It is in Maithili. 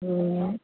ह्म्म